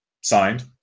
signed